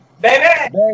baby